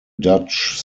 dutch